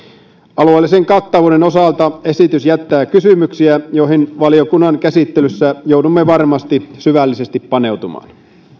alueellisen kattavuuden osalta esitys jättää kysymyksiä joihin valiokunnan käsittelyssä joudumme varmasti syvällisesti paneutumaan